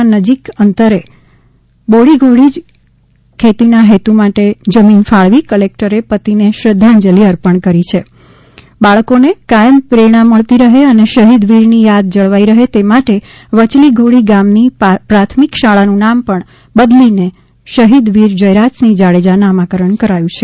ના નજીકના અંતરે બોડીધોડી જ ખેતીના હેતુ માટે જમીન ફાળવી કલેકટરે પતિને શ્રધ્ધાં જલિ અર્પણ કરી છે બાળકોને કાયમ પ્રેરણા મળતી રહે અને શહીદ વીરની થાદ જળવાઇ રહે તે માટે વયલીઘોડી ગામની પ્રાથમિક શાળાનું નામ પણ બદલીને શહીદ વીર જયરાજસિંહ જાડેજા નામાકરણ કરાયુ છે